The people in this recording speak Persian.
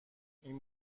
این